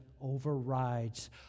overrides